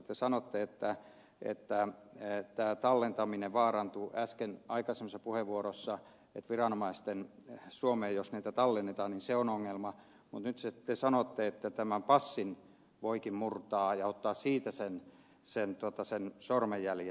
te sanoitte äsken aikaisemmassa puheenvuorossa että jos suomeen niitä tallennetaan niin tämä tallentaminen vaarantuu se on ongelma mutta nyt sitten te sanotte että tämän passin voikin murtaa ja ottaa siitä sen sormenjäljen